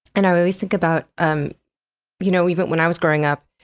and i always think about, and you know even when i was growing up,